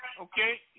Okay